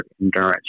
endurance